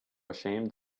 ashamed